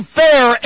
fair